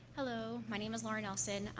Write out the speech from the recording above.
hello, my name is lauren nelson.